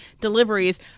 deliveries